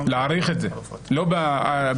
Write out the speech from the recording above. את מה להאריך?